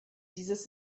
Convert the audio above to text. dieses